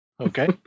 Okay